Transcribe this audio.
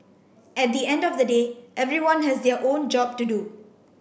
at the end of the day everyone has their own job to do